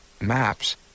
MAPS